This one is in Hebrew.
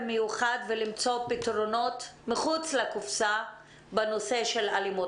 מיוחד ושימצאו פתרונות מחוץ לקופסה בנושא של אלימות.